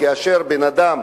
כאשר בן-אדם